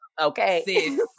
Okay